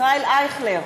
ישראל אייכלר,